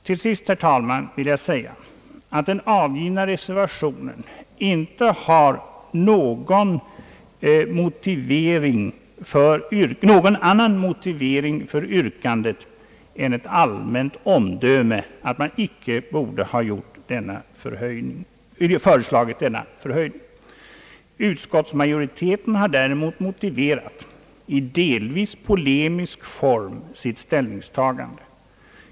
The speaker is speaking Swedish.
Till sist, herr talman, vill jag säga, att den avgivna reservationen inte har någon annan motivering för yrkandet än ett allmänt omdöme, att man icke borde ha föreslagit denna löneförhöjning. Utskottet har däremot motiverat, i delvis polemisk form, sitt ställningstagande.